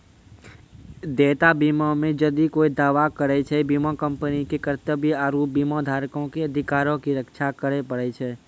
देयता बीमा मे जदि कोय दावा करै छै, बीमा कंपनी के कर्तव्य आरु बीमाधारको के अधिकारो के रक्षा करै पड़ै छै